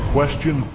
Question